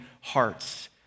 hearts